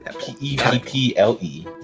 P-E-P-P-L-E